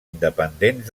independents